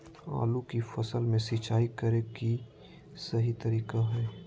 आलू की फसल में सिंचाई करें कि सही तरीका की हय?